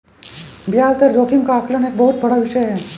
ब्याज दर जोखिम का आकलन एक बहुत बड़ा विषय है